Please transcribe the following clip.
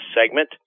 segment